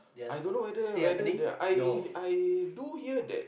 I don't know whether whether the I I though hear that